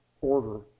order